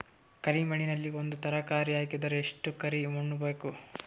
ಕರಿ ಮಣ್ಣಿನಲ್ಲಿ ಒಂದ ತರಕಾರಿ ಹಾಕಿದರ ಎಷ್ಟ ಕರಿ ಮಣ್ಣು ಬೇಕು?